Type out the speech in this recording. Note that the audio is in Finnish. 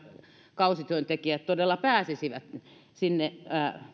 kausityöntekijät todella pääsisivät sinne